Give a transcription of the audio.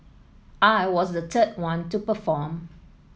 I was the third one to perform